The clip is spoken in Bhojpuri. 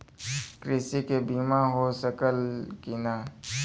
कृषि के बिमा हो सकला की ना?